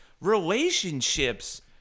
relationships